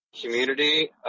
community